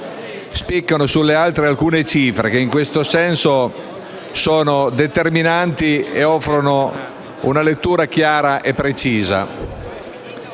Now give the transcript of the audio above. Spiccano, sulle altre, alcune cifre che in questo senso sono determinanti e offrono una lettura chiara e precisa: